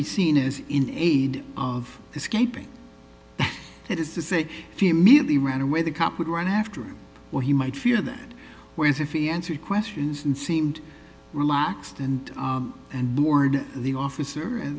be seen as in aid of escaping that is to say if you merely ran away the cop would run after him or he might fear that whereas if he answered questions and seemed relaxed and and bored the officer and